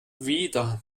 wieder